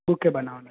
bouquet બનાવાના છે